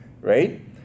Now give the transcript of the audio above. right